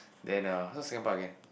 then ah also Singapore again